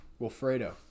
Wilfredo